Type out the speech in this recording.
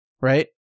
right